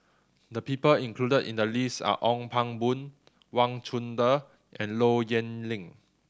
the people included in the list are Ong Pang Boon Wang Chunde and Low Yen Ling